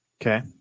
Okay